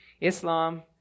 Islam